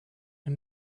him